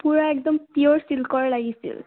পূৰা একদম পিয়ৰ চিল্কৰ লাগিছিল